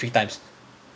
ya three times